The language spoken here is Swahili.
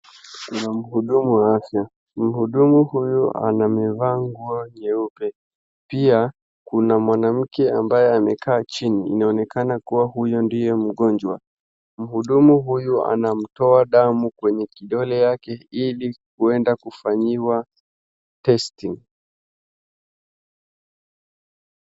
Kuna mhudumu wa afya, mhudumu huyu amevaa nguo nyeupe, pia kuna mwanamke ambaye amekaa chini, inaonekana kuwa huyu ndiye mgonjwa, mhudumu huyu anamtoa damu kwenye kidole yake ili kuenda kufanyiwa testing .